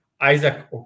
Isaac